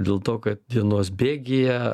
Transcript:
dėl to kad dienos bėgyje